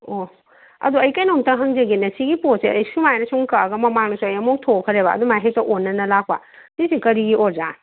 ꯑꯣ ꯑꯗꯣ ꯑꯩ ꯀꯩꯅꯣꯝꯇ ꯍꯪꯖꯒꯦꯅ ꯁꯤꯒꯤ ꯄꯣꯠꯁꯦ ꯑꯩ ꯁꯨꯃꯥꯏꯅ ꯁꯨꯝ ꯀꯛꯑꯒ ꯃꯃꯥꯡꯗꯁꯨ ꯑꯃꯨꯛ ꯊꯣꯛꯈ꯭ꯔꯦꯕ ꯑꯗꯨꯃꯥꯏꯅ ꯍꯦꯛꯇ ꯑꯣꯟꯅꯅ ꯂꯥꯛꯄ ꯁꯤꯁꯦ ꯀꯔꯤꯒꯤ ꯑꯣꯏꯔꯤꯖꯥꯠꯅꯣ